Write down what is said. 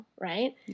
right